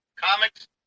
comics